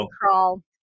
crawl